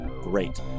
great